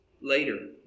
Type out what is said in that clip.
later